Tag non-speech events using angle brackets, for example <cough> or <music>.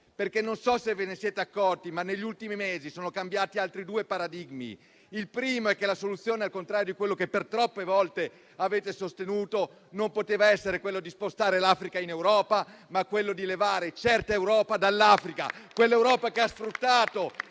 Non so se ve ne siete accorti, ma negli ultimi mesi sono cambiati altri due paradigmi: il primo è che la soluzione, al contrario di quello che per troppe volte avete sostenuto, non poteva essere quella di spostare l'Africa in Europa, ma togliere certa Europa dall'Africa, <applause> ossia quell'Europa che ha sfruttato